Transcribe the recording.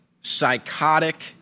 psychotic